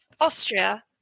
Austria